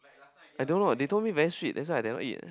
I don't know they told me very sweet that's why I never eat